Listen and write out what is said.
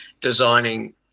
designing